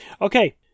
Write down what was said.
Okay